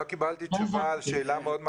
קיבלתי עדיין תשובה לשאלה מאוד מכרעת.